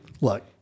look